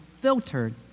filtered